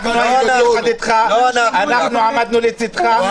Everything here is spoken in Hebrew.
מיקי תקף אותך, לא אנחנו, אנחנו עמדנו לצדך.